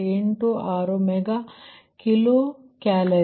86 mega kilo calorie